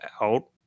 out